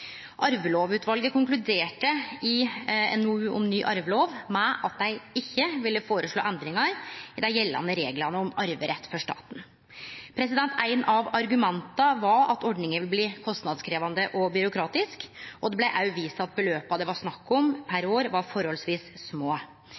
Arvelovutvalet konkluderte i NOU-en om ny arvelov med at dei ikkje ville føreslå endringar i dei gjeldande reglane om arverett for staten. Eitt av argumenta var at ordninga ville bli kostnadskrevjande og byråkratisk, og det blei òg vist til at beløpa det var snakk om per